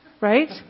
Right